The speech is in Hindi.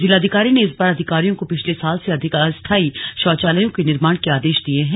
जिलाधिकारी ने इस बार अधिकारियों को पिछले साल से अधिक अस्थाई शौचालयों के निर्माण के आदेश दिये हैं